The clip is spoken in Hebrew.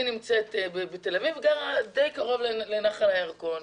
די קרוב לנחל הירקון.